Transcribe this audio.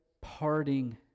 parting